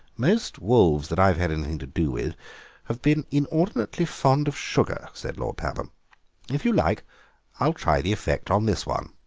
most wolves that i've had anything to do with have been inordinately fond of sugar, said lord pabham if you like i'll try the effect on this one.